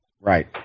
Right